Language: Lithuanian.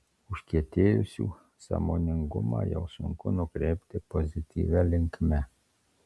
užkietėjusių sąmoningumą jau sunku nukreipti pozityvia linkme